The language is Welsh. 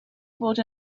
fod